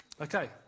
Okay